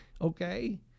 okay